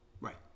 Right